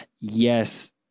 yes